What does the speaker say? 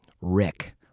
Rick